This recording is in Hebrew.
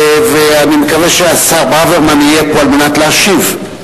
אני מקווה שהשר ברוורמן יהיה פה על מנת להשיב,